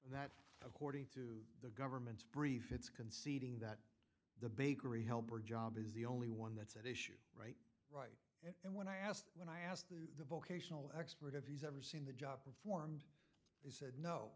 and that according to the government's brief it's conceding that the bakery helper job is the only one that's at issue right and when i asked when i asked the vocational expert if you seen the job performed they said no